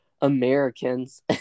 Americans